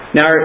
Now